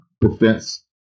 defense